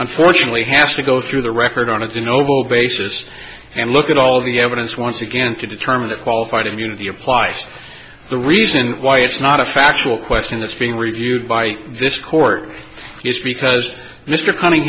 unfortunately has to go through the record on of the noble basis and look at all the evidence once again to determine if qualified immunity apply the reason why it's not a factual question that's being reviewed by this court because mr cunning